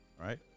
Right